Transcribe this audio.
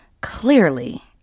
clearly